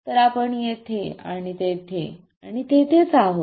तर आपण येथे आणि तेथे आणि तेथेच आहोत